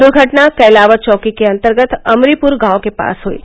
दुर्घटना कैलावर चौकी के अंतर्गत अमरीपुर गांव के पास हुयी